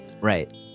right